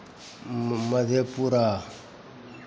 म् मधेपुरा